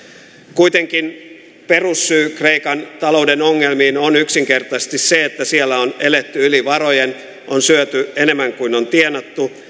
kuitenkin perussyy kreikan talouden ongelmiin on yksinkertaisesti se että siellä on eletty yli varojen on syöty enemmän kuin on tienattu